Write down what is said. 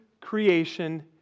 creation